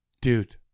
dude